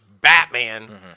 Batman